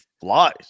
flies